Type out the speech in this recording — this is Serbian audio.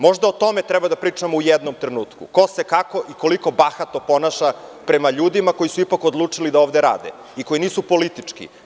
Možda o tome treba da pričamo u jednom trenutku – ko se, kako i koliko bahato ponaša prema ljudima koji su ipak odlučili da ovde rade i koji nisu politički.